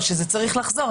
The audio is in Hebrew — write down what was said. שזה צריך לחזור,